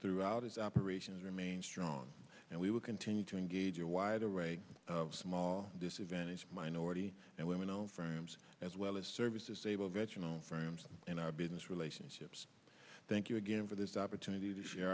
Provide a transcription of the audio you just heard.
throughout its operations remains strong and we will continue to engage a wide array of small disadvantaged minority and women firms as well as services able veteran firms in our business relationships thank you again for this opportunity to share